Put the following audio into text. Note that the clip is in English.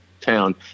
town